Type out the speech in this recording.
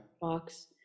box